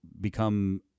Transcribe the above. become